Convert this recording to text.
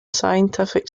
scientific